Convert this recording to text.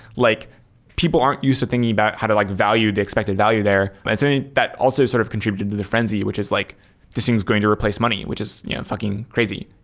like people aren't used to thinking about how to like value the expected value there. i think that also sort of contributed to the frenzy, which is like this thing is going to replace money, which is fucking crazy